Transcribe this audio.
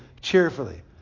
cheerfully